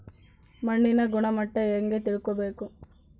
ಮಣ್ಣಿನ ಗುಣಮಟ್ಟ ಹೆಂಗೆ ತಿಳ್ಕೊಬೇಕು?